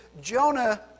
Jonah